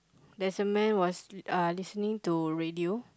there's a man was uh listening to radio